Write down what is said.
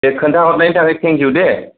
दे खोन्था हरनायनि थाखाय थेंकिउ दे